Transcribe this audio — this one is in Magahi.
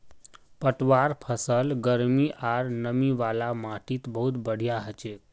पटवार फसल गर्मी आर नमी वाला माटीत बहुत बढ़िया हछेक